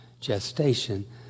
gestation